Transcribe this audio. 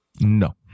No